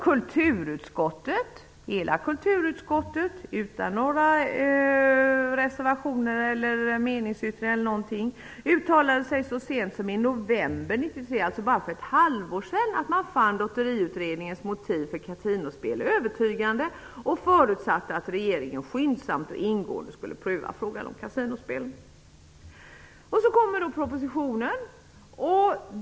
Kulturutskottet, utan några reservationer eller meningsyttringar, uttalade så sent som i november 1993, alltså bara för ett halvår sedan, att man fann Lotteriutredningens motiv för kasinospel övertygande och förutsatte att regeringen skyndsamt och ingående skulle pröva frågan om kasinospel. Så kommer propositionen.